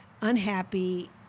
unhappy